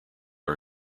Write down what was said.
are